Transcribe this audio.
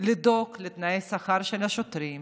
לדאוג לתנאי השכר של השוטרים,